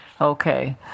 Okay